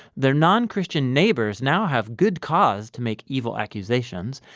their non-christian neighbors now have good cause to make evil accusations.